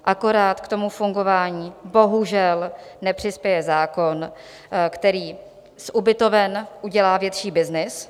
Akorát k tomu fungování bohužel nepřispěje zákon, který z ubytoven udělá větší byznys.